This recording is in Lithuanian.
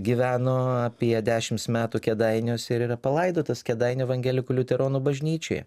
gyveno apie dešims metų kėdainiuose ir yra palaidotas kėdainių evangelikų liuteronų bažnyčioje